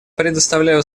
предоставляю